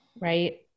right